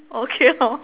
okay lor